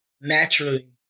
Naturally